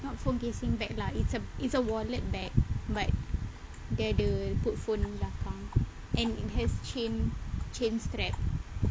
not phone casing bag lah it's a it's a wallet bag dia ada put phone belakang and it has chain chain strap